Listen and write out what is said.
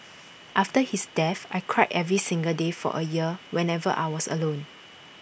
after his death I cried every single day for A year whenever I was alone